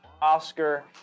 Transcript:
Oscar